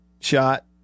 shot